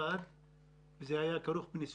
מי שביצע את הביקורת.